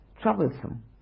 troublesome